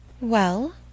Well